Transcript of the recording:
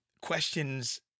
Questions